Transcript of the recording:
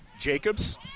Jacobs